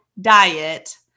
diet